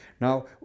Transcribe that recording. Now